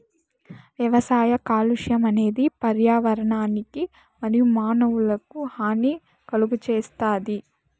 వ్యవసాయ కాలుష్యం అనేది పర్యావరణానికి మరియు మానవులకు హాని కలుగజేస్తాది